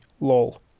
lol